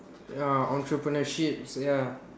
orh entrepreneurship ya